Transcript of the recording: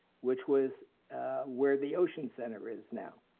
which was where the ocean center is now,